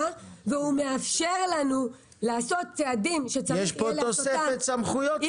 והוא מאפשר לנו לעשות צעדים שצריך יהיה לעשותם.